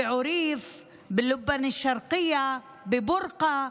בעוריף, בלובאן א-שרקיה, בבורקה?